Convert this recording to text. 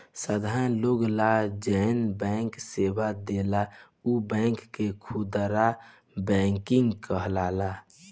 साधारण लोग ला जौन बैंक सेवा देला उ बैंक के खुदरा बैंकिंग कहाला